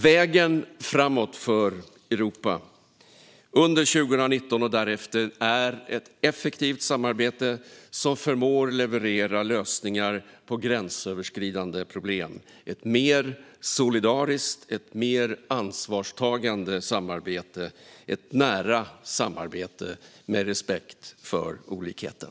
Vägen framåt för Europa under 2019 och därefter är ett effektivt samarbete som förmår att leverera lösningar på gränsöverskridande problem - ett mer solidariskt och ansvarstagande samarbete och ett nära samarbete med respekt för olikheten.